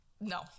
no